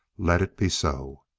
let it be so!